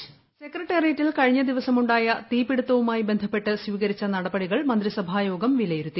voice സെക്രട്ടറിയേറ്റിൽ കഴിഞ്ഞ ദിവസ്സ്പ് ഉണ്ടായ തീപ്പിടിത്തവുമായി ബന്ധപ്പെട്ട് സ്വീകരിച്ച നടപടിക്ടൾ മുന്ത്രിസഭാ യോഗം വിലയിരുത്തി